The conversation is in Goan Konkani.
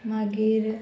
मागीर